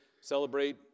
celebrate